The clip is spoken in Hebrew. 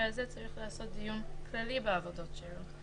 הזה צריך לעשות דיון כללי בעבודות שירות,